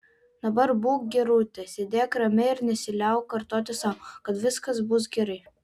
dabar būk gerutė sėdėk ramiai ir nesiliauk kartoti sau kad viskas bus gerai